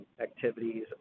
activities